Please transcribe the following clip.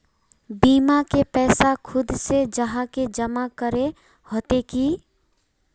बीमा के पैसा खुद से जाहा के जमा करे होते की?